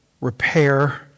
repair